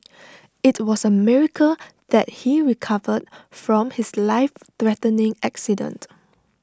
IT was A miracle that he recovered from his lifethreatening accident